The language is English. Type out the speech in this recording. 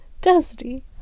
Dusty